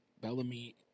Bellamy